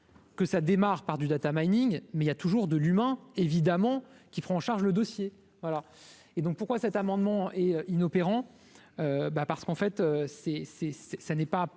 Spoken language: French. Que ça démarre par du Data Mining, mais il y a toujours de l'humain, évidemment qui feront en charge le dossier voilà et donc pourquoi cet amendement est inopérant bah parce qu'en fait c'est c'est